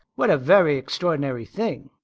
what a very extraordinary thing!